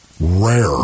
Rare